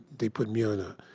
they put me on a,